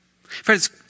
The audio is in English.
Friends